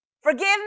Forgive